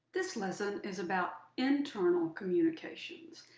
this lesson is about internal communications,